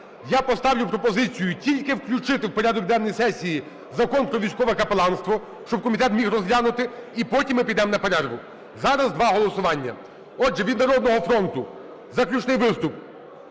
я поставлю пропозицію тільки включити в порядок денний сесії Закон про військове капеланство, щоб комітет міг розглянути, і потім ми підемо на перерву. Зараз два голосування. Отже, від "Народного фронту" заключний виступ